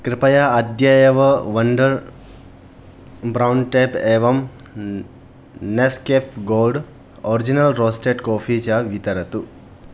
कृपया अद्य एव वण्डर् ब्रौन् टेप् एवं Nescafe gold original roasted coffee च वितरतु